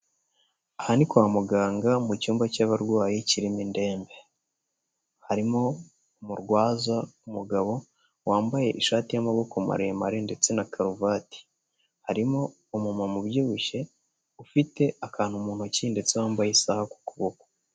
Aha ni kwa muganga, mu cyumba cy'abarwayi, kirimo indembe. Harimo umurwaza, umugabo wambaye ishati y'amaboko maremare ndetse na karuvati. Harimo umumama ubyibushye, ufite akantu mu ntoki, ndetse wambaye isaha ku kuboko.